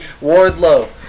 Wardlow